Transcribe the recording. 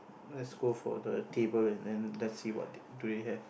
let's go for the table and then let's see what do they have